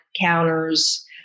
counters